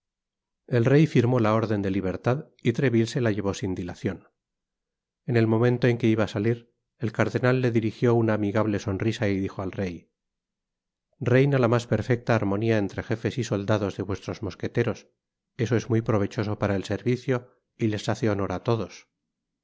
el rey firmó la orden de libertad y treville se la llevó sin dilacion en el momento en que iba á salir el cardenal le dirigió una amigable sonrisa y dijo al rey reina la mas perfecta armonia entre jefes y soldados de vuestros mosqueteros eso es muy provechoso para el servicio y les hace honor á todos